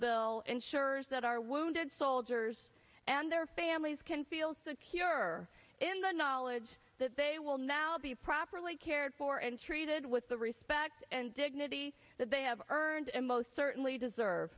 bill ensures that our wounded soldiers and their families can feel secure in the knowledge that they will now be properly cared for and treated with the respect and dignity that they have earned and most certainly deserve